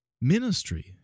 Ministry